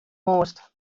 moast